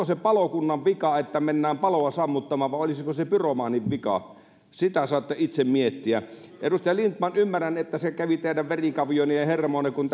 se palokunnan vika että mennään paloa sammuttamaan vai olisiko se pyromaanin vika sitä saatte itse miettiä edustaja lindtman ymmärrän että se kävi teidän verikavioonne ja hermoonne kun